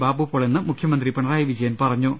ബാബു പോൾ എന്ന് മുഖ്യമന്ത്രി പിണറായി വിജയൻ പറഞ്ഞു